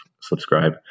subscribe